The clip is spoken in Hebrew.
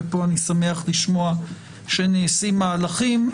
ואני שמח לשמוע שנעשים מהלכים.